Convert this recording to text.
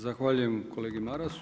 Zahvaljujem kolegi Marasu.